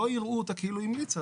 שלא יראו אותה כאילו המליצה.